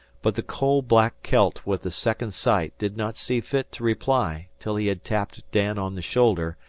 but the coal-black celt with the second-sight did not see fit to reply till he had tapped dan on the shoulder,